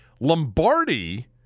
Lombardi